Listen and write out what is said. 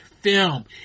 film